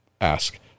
ask